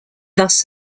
thus